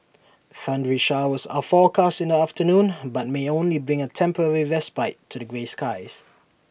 thundery showers are forecast in the afternoon but may only bring A temporary respite to the grey skies